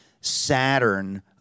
Saturn